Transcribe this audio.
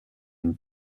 une